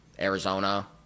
Arizona